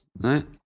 right